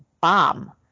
bomb